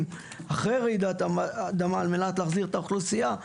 אחרי רעידת האדמה על מנת להעביר את האוכלוסייה,